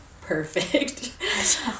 perfect